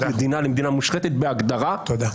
המדינה למדינה מושחתת בהגדרה -- תודה.